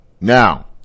Now